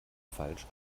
falsch